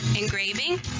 engraving